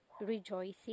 rejoicing